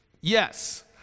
yes